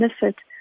benefit